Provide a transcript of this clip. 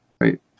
right